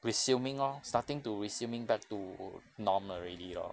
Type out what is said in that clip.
resuming lor starting to resuming back to normal already lor